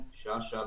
שעה-שעה,